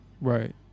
Right